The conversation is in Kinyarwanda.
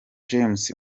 james